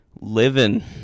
living